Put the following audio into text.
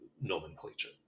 nomenclature